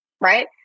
right